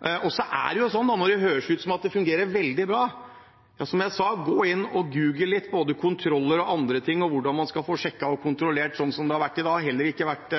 når det høres ut som om det fungerer veldig bra, gå inn, som jeg sa, og google litt på både kontroller og andre ting og hvordan man skal få sjekket og kontrollert. Sånn som det har vært i dag, har det heller ikke vært